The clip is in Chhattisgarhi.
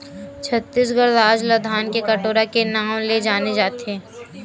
छत्तीसगढ़ राज ल धान के कटोरा के नांव ले जाने जाथे